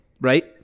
Right